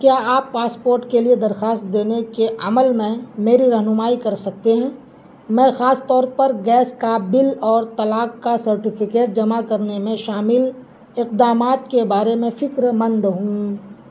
کیا آپ پاسپوٹ کے لیے درخواست دینے کے عمل میں میری رہنمائی کر سکتے ہیں میں خاص طور پر گیس کا بل اور طلاق کا سرٹیفکیٹ جمع کرنے میں شامل اقدامات کے بارے میں فکر مند ہوں